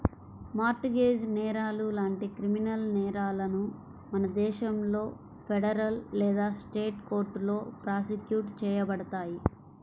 mart gauge నేరాలు లాంటి criminal నేరాలను మన దేశంలో ఫెడరల్ లేదా స్టేట్ కోర్టులో ప్రాసిక్యూట్ చేయబడతాయి